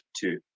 two